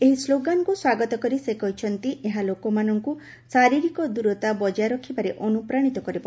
ଏହି ସ୍ଲୋଗାନ୍କୁ ସ୍ୱାଗତ କରି ସେ କହିଛନ୍ତି ଏହା ଲୋକମାନଙ୍କୁ ଶାରୀରିକ ଦୂରତା ବଜା ରଖିବାରେ ଅନୁପ୍ରାଣିତ କରିବ